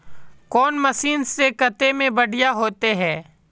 कौन मशीन से कते में बढ़िया होते है?